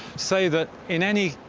say that in any